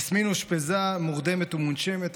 יסמין אושפזה מורדמת ומונשמת,